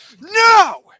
no